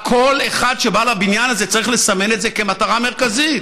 כל אחד שבא לבניין הזה צריך לסמן את זה כמטרה מרכזית,